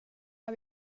gör